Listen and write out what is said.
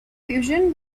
fusion